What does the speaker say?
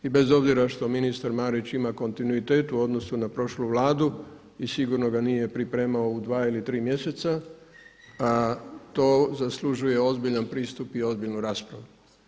I bez obzira što ministar Marić ima kontinuitet u odnosu na prošlu Vladu i sigurno ga nije pripremao u dva ili tri mjeseca, to zaslužuje ozbiljan pristup i ozbiljnu raspravu.